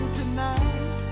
tonight